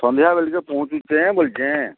ସନ୍ଧ୍ୟାବେଲେକେ ପହଁଞ୍ଚୁଛେ ବୋଲିଛେ